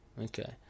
Okay